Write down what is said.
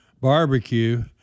barbecue